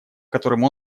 которым